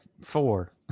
four